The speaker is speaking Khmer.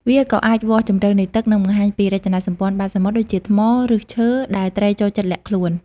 វាក៏អាចវាស់ជម្រៅនៃទឹក និងបង្ហាញពីរចនាសម្ព័ន្ធបាតសមុទ្រ ដូចជាថ្ម ឫសឈើ ដែលត្រីចូលចិត្តលាក់ខ្លួន។